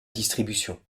distribution